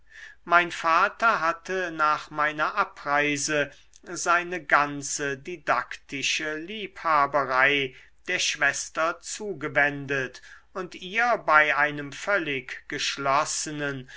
mein vater hatte nach meiner abreise seine ganze didaktische liebhaberei der schwester zugewendet und ihr bei einem völlig geschlossenen